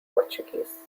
portuguese